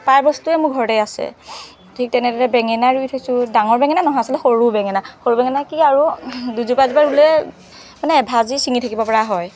প্ৰায় বস্তুৱে মোৰ ঘৰতেই আছে ঠিক তেনেদৰে বেঙেনা ৰুই থৈছোঁ ডাঙৰ বেঙেনা নহয় আচলতে সৰু বেঙেনা সৰু বেঙেনা কি আৰু দুজোপা এজোপা ৰুলে মানে এভাজি চিঙি থাকিব পৰা হয়